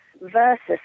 versus